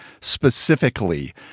specifically